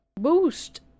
Boost